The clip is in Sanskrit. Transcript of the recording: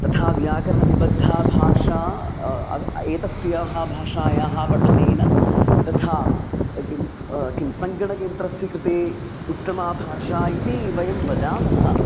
तथा व्याकरणनिबद्धा भाषा एतस्याः भाषायाः पठनेन तथा किं किं सङ्गणकः यन्त्रस्य कृते उत्तमा भाषा इति वयं वदामः